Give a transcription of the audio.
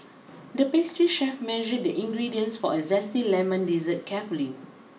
the pastry chef measured the ingredients for a zesty lemon dessert carefully